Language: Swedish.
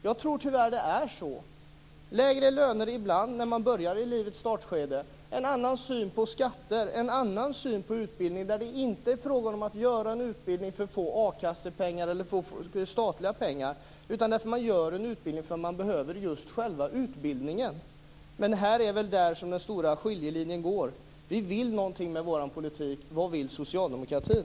Jag tror tyvärr att det är så att det skulle behövas lägre löner ibland när man börjar i livets startskede, en annan syn på skatter och en annan syn på utbildning där det inte är fråga om att göra en utbildning för att få a-kassepengar eller statliga pengar utan för att man behöver just själva utbildningen. Med det är väl här som den stora skiljelinjen går. Vi vill någonting med vår politik. Vad vill socialdemokratin?